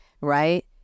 right